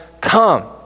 come